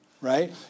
right